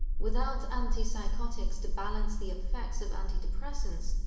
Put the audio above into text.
without antipsychotics to balance the effects of antidepressants,